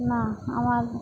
না আমার